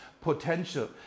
potential